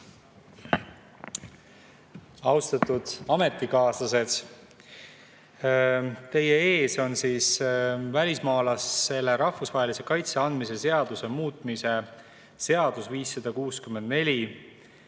Austatud ametikaaslased! Teie ees on välismaalasele rahvusvahelise kaitse andmise seaduse muutmise seaduse